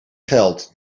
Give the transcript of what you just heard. geld